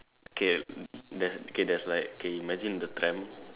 okay there's okay there's like okay imagine the tram